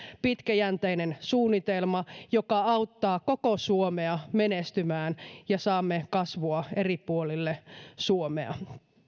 pitkäjänteinen suunnitelma joka auttaa koko suomea menestymään ja saamme kasvua eri puolille suomea